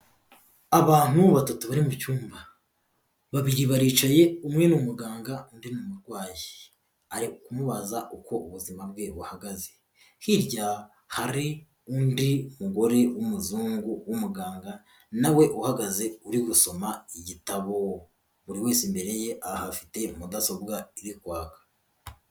Abantu batatu bari mu cyumba babiri baricaye umwe ni umuganga undi ni umurwayi ari kumubaza uko ubuzima bwe buhagaze, hirya hari undi mugore w'umuzungu w'umuganga na we uhagaze uri gusoma igitabo, buri wese imbere ye ahafite mudasobwa iri kwaka.